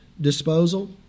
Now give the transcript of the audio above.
disposal